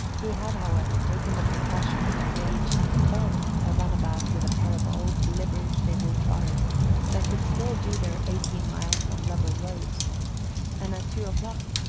he had, however, taken the precaution to engage in advance a runabout with a pair of old livery-stable trotters that could still do their eighteen miles on level roads and at two o'clock,